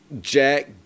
Jack